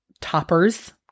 toppers